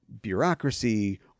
bureaucracy